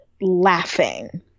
laughing